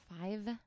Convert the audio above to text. five